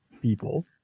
people